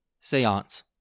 Seance